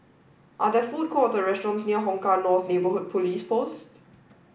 are there food courts or restaurants near Hong Kah North Neighbourhood Police Post